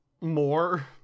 more